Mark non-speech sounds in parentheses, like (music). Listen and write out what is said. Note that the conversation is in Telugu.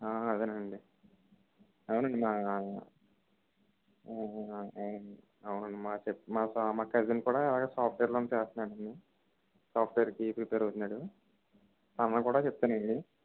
అదేనండి అవునండి మా (unintelligible) అవునండి మా మా కజిన్ కూడా అలాగే సాఫ్ట్వేర్ జాబ్ చేస్తున్నాడు అండి సాఫ్ట్వేర్కి ప్రిపేర్ అవుతున్నాడు తనకి కూడా చెప్పానండి